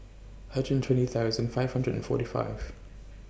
hundred and twenty thousand five hundred and forty five